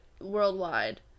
worldwide